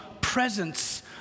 presence